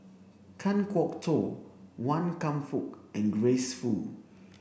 Kan Kwok Toh Wan Kam Fook and Grace Fu